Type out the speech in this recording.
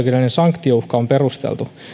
sanktiouhka on perusteltu